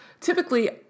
Typically